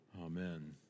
Amen